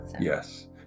Yes